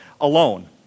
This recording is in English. alone